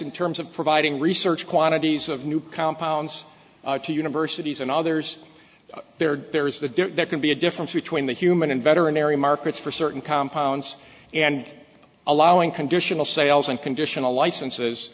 in terms of providing research quantities of new compounds to universities and others there are there is that there can be a difference between the human and veterinarian markets for certain compounds and allowing conditional sales and conditional licenses